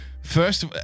First